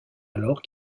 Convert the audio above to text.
alors